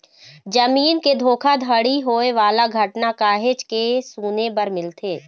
जमीन के धोखाघड़ी होए वाला घटना काहेच के सुने बर मिलथे